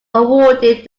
awarded